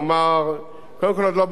קודם כול, עוד לא ברור איפה יעבור התוואי.